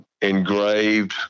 engraved